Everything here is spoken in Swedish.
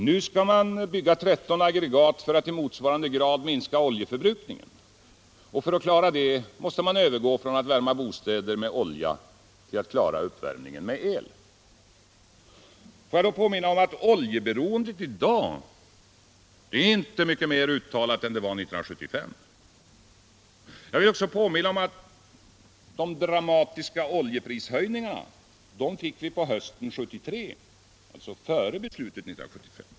Nu skall man bygga 13 aggregat för att i motsvarande grad minska oljeförbrukningen. För att klara det måste man övergå från att värma bostäder med olja till att klara uppvärmningen med el. Jag vill då påminna om att oljeberoendet i dag inte är mer uttalat än det var 1975. Jag vill också påminna om att vi fick de dramatiska oljeprishöjningarna hösten 1973, alltså före beslutet 1975.